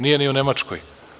Nije ni u Nemačkoj.